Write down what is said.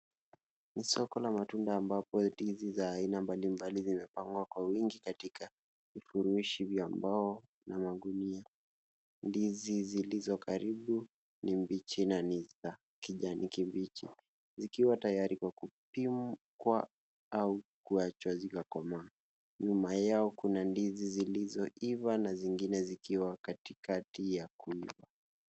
Ni soko la matunda ambapo ndizi za aina mbalimbali zimepangwa kwa uwingi katika vifurushi vya mbao na magunia. Ndizi zilizo karibu, ni mbichi na ni za kijani kibichi, zikiwa tayari kwa kupikwa au kuachwa zikakomaa. Nyuma yao kuna ndizi zilizoiva na zingine zikiwa katikati ya kuiva.